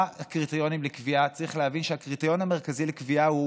הקריטריונים לקביעה צריך להבין שהקריטריון המרכזי לקביעה הוא